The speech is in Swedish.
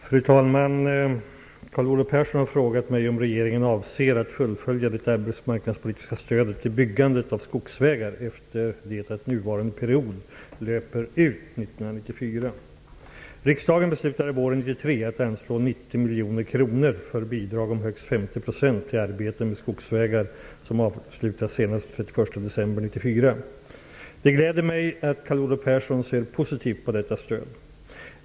Fru talman! Carl Olov Persson har frågat mig om regeringen avser att fullfölja det arbetsmarknadspolitiska stödet till byggandet av skogsvägar efter det att nuvarande period löper ut december 1994. Det gläder mig att Carl Olov Persson ser positivt på detta stöd.